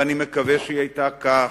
ואני מקווה שהיא היתה כך,